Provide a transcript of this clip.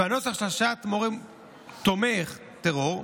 ושהנוסח של השעיית מורה תומך טרור,